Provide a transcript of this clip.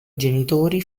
genitori